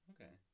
Okay